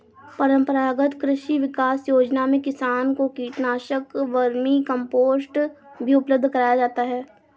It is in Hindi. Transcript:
परम्परागत कृषि विकास योजना में किसान को कीटनाशक, वर्मीकम्पोस्ट भी उपलब्ध कराया जाता है